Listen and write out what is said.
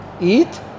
Eat